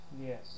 Yes